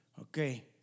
Okay